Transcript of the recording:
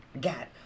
got